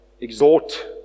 exhort